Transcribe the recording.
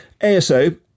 ASO